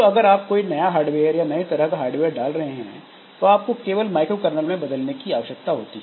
तो अगर आप कोई नया हार्डवेयर या नए तरह का हार्डवेयर डाल रहे है तो आपको केवल माइक्रो कर्नल को बदलने की आवश्यकता होती है